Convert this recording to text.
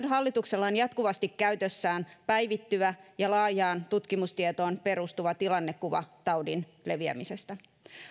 hallituksella on jatkuvasti käytössään päivittyvä ja laajaan tutkimustietoon perustuva tilannekuva taudin leviämisestä